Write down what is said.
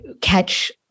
catch